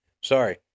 Sorry